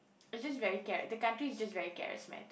it's just very chara~ the country is just very charismatic